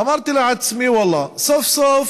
אמרתי לעצמי: ואללה, סוף-סוף